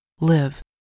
Live